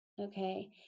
Okay